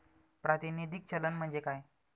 प्रातिनिधिक चलन म्हणजे काय?